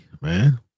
man